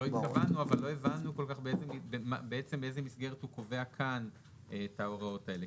לא התכוונו אבל לא הבנו באיזו מסגרת הוא קובע כאן את ההוראות האלה.